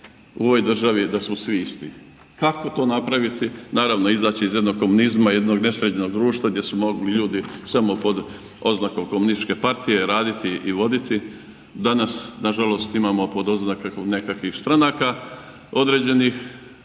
u ovoj državi, da su svi isti. Kako to napraviti, naravno izaći iz jednog komunizma, jednog nesređenog društva gdje su mogli ljudi samo pod oznakom komunističke partije raditi i voditi, danas, nažalost imamo pod oznake nekakvih stranaka određenih.